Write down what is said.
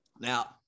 Now